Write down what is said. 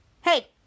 hey